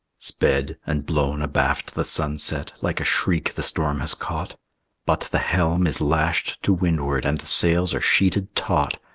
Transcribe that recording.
sped and blown abaft the sunset like a shriek the storm has caught but the helm is lashed to windward, and the sails are sheeted taut.